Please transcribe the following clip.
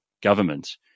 government